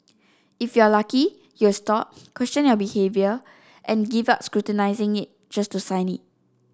if you're lucky you'll stop question your behaviour and give up scrutinising it just to sign it